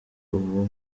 ubu